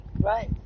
Right